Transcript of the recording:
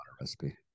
recipe